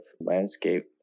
landscape